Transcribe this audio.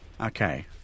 Okay